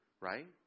Right